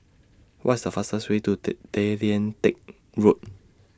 What IS The fastest Way to Tay Lian Teck Road